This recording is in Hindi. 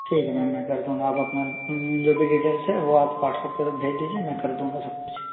ठीक है मैम मैं कर दूँगा आप अपना जो भी डीटेल्स है वो आप वाट्सअप पर भेज दीजिए मैं कर दूँगा सब कुछ